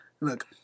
look